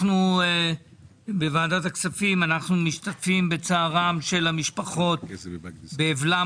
אנחנו בוועדת הכספים משתתפים בצערן ובאבלן